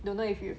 don't know if you